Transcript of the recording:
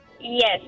yes